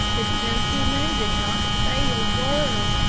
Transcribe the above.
the gentleman did not say a word,